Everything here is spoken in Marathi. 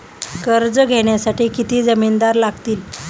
कर्ज घेण्यासाठी किती जामिनदार लागतील?